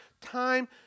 time